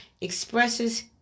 expresses